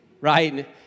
right